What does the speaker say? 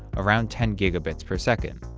around ten gigabits per second.